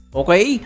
okay